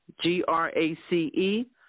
G-R-A-C-E